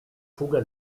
fuga